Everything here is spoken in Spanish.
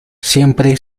siempre